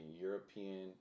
European